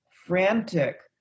frantic